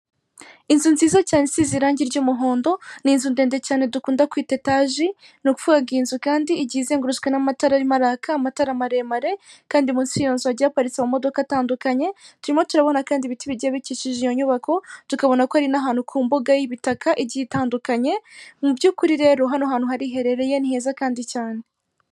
Inzu nziza cyane isize irangi ry'umuhondo, ni inzu ndende cyane dukunda kwita etaji nukuvuga ngo iyizu kandi igiye izengurutswe n'amatara arimo araka amatara maremare, kandi munsi y'iyo nzu hagiye haparitse amodoka atandukanye, turimo turabona kandi ibiti bigiye bikikije iyo nyubako, tukabona ko ari n'ahantu ku mbuga y'ibitaka igihe itandukanye. Mu by'ukuri rero hano hantu hariherereye ni heza kandi cyane.